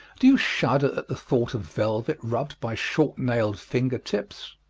do you shudder at the thought of velvet rubbed by short-nailed finger tips?